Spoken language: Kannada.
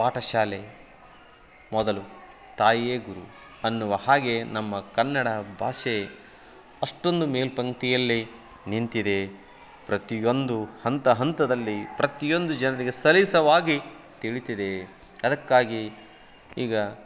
ಪಾಠಶಾಲೆ ಮೊದಲು ತಾಯಿಯೇ ಗುರು ಅನ್ನುವ ಹಾಗೆ ನಮ್ಮ ಕನ್ನಡ ಭಾಷೆ ಅಷ್ಟೊಂದು ಮೇಲ್ಪಂಕ್ತಿಯಲ್ಲೇ ನಿಂತಿದೆ ಪ್ರತಿಯೊಂದು ಹಂತ ಹಂತದಲ್ಲಿ ಪ್ರತಿಯೊಂದು ಜನರಿಗೆ ಸಲೀಸಾಗಿ ತಿಳೀತಿದೆ ಅದಕ್ಕಾಗಿ ಈಗ